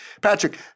Patrick